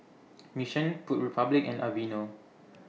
Mission Food Republic and Aveeno